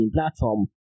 platform